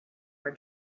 our